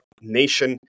nation